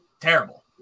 terrible